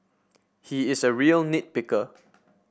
he is a real nit picker